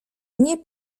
nie